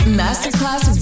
masterclass